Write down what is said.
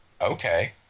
okay